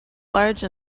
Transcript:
large